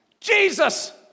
Jesus